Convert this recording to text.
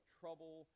trouble